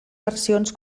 versions